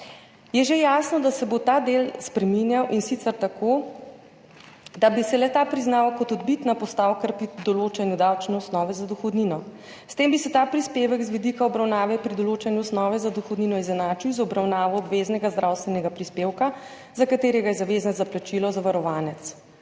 je že jasno, da se bo ta del spreminjal, in sicer tako, da bi se le-ta priznal kot odbitna postavka pri določanju davčne osnove za dohodnino. S tem bi se ta prispevek z vidika obravnave pri določanju osnove za dohodnino izenačil z obravnavo obveznega zdravstvenega prispevka, za katerega je zavezanec za plačilo zavarovanec,